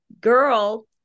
girl